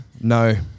No